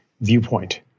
viewpoint